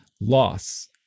loss